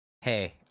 hey